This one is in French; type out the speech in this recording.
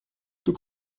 tout